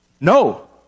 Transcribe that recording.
No